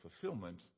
fulfillment